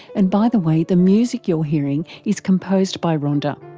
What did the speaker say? and by the way, the music you're hearing is composed by rhonda.